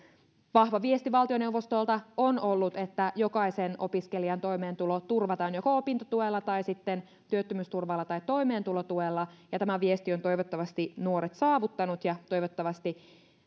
vahva viesti valtioneuvostolta on ollut että jokaisen opiskelijan toimeentulo turvataan joko opintotuella tai sitten työttömyysturvalla tai toimeentulotuella ja tämä viesti on toivottavasti nuoret saavuttanut ja toivottavasti